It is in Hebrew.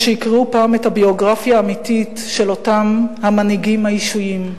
כשיקראו פעם את הביוגרפיה האמיתית של אותם ה'מנהיגים' האישיים,